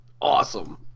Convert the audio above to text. awesome